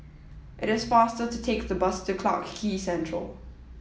it is faster to take the bus to Clarke Quay Central